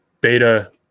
beta